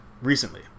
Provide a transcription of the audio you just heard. recently